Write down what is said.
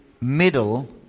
middle